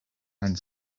and